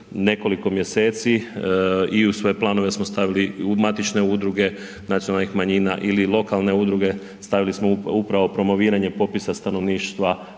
nekoliko mjeseci i u svoje planove smo stavili matične udruge nacionalnih manjina ili lokalne udruge, stavili smo upravo promoviranje popisa stanovništva,